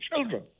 children